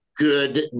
good